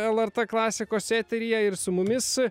lrt klasikos eteryje ir su mumis